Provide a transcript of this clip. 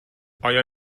آیا